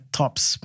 tops